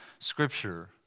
Scripture